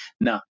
now